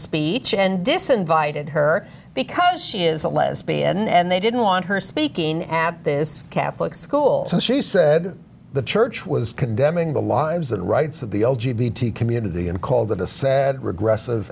speech and disinvited her because she is a lesbian and they didn't want her speaking at this catholic school so she said the church was condemning the lives and rights of the old g b t community and called it a sad regress